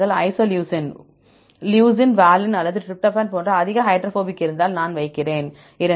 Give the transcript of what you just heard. isoleucine leucine valine அல்லது tryptophan போன்ற அதிக ஹைட்ரோபோபிக் இருந்தால் நான் வைக்கிறேன் 2